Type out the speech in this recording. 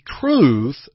truth